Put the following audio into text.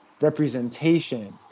representation